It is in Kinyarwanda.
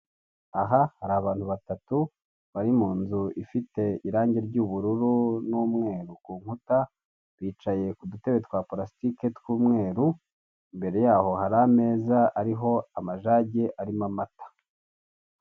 Aha hari abantu batatu bari mu nzu ifite irange ry'ubururu n'umweru ku nkuta bicaye ku dutebe twa palasitake tw'umweru, imbere yaho hari ameza ariho amajagi arimo amata.